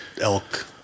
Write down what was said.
elk